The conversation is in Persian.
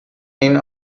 این